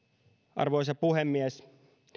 arvoisa puhemies